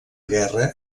guerra